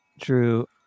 True